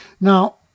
Now